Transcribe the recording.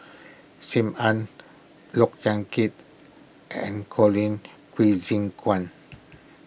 Sim Ann Look Yan Kit and Colin Qi Zhe Quan